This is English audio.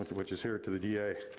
which is here, to the da.